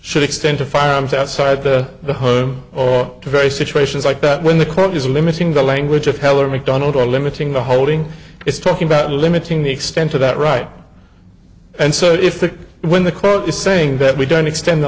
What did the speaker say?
should extend to firearms outside the home or very situations like that when the court is limiting the language of heller macdonald or limiting the holding it's talking about limiting the extent to that right and so if the when the court is saying that we don't extend the